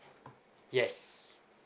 yes